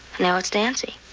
now it's nancy.